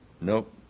Nope